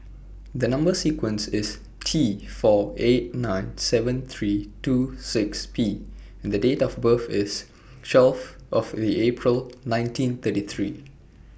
The Number sequence IS T four eight nine seven three two six P and Date of birth IS twelve of The April nineteen thirty three